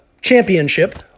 championship